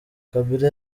kabila